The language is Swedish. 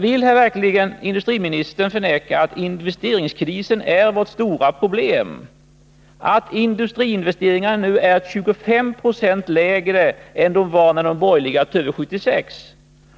Vill verkligen industriministern förneka att investeringskrisen är vårt stora problem, att industriinvesteringarna nu är 25 96 lägre än de var när de borgerliga tog över 1976